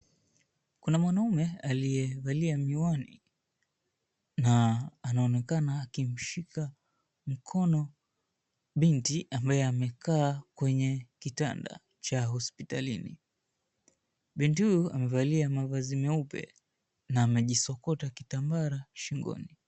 Kuna mwanaume aliye valia miwani anaonekana akimshika binti mkono ambaye amekata kwenye kitanda cha hospitalini. Binti huyu amevalia mavazi meupe na amejisokota kitambara shingoni.